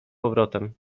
powrotem